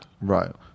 Right